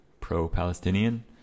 pro-Palestinian